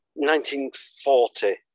1940